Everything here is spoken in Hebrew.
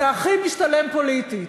זה הכי משתלם פוליטית.